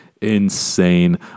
insane